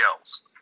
else